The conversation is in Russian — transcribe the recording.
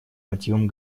мотивам